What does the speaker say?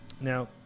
Now